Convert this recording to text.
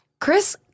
Chris